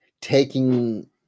taking